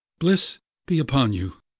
bliss be upon you!